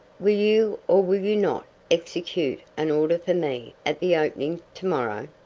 will you or will you not execute an order for me at the opening to-morrow?